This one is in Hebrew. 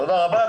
תודה רבה.